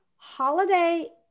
holiday